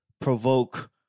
provoke